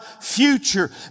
future